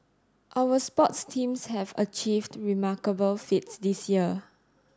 our sports teams have achieved remarkable feats this year